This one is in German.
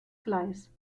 gleis